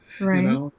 Right